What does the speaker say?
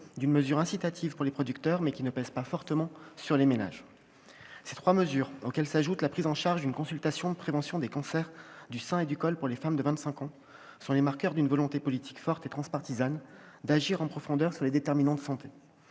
d'une mesure incitative pour les producteurs, mais qui ne pèse pas fortement sur les ménages. Ces trois mesures, auxquelles s'ajoute la prise en charge d'une consultation de prévention des cancers du sein et du col pour les femmes de 25 ans, sont les marqueurs d'une volonté politique forte et transpartisane d'agir en profondeur sur les déterminants de santé.